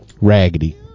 raggedy